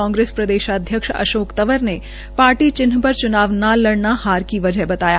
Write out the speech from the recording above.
कांग्रेस प्रदेशाध्यक्ष अशोक तंवर ने पार्टी चिन्ह पर च्नाव ना लड़ने को हार की वजह बताया